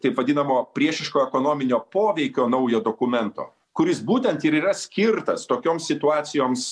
taip vadinamo priešiško ekonominio poveikio naujo dokumento kuris būtent ir yra skirtas tokioms situacijoms